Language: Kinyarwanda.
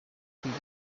kwiga